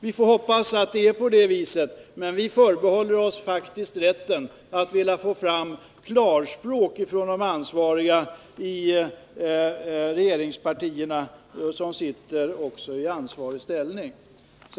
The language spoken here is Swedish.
Vi får hoppas att han har rätt, men vi förbehåller oss faktiskt rätten att vilja ha klarspråk från regeringspartierna, som ju har ansvaret.